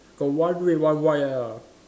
got one red one white ah